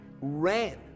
ran